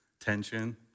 tension